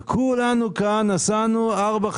כולנו כאן נסענו ארבע,